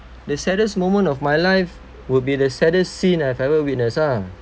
the saddest moment of my life would be the saddest scene I've ever witness lah